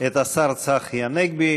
את השר צחי הנגבי,